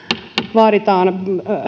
vaaditaan